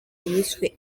yiswe